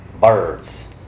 birds